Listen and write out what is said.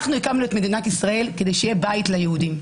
אנחנו הקמנו את מדינת ישראל כדי שיהיה בית ליהודים.